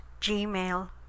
Gmail